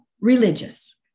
religious